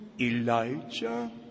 Elijah